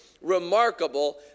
remarkable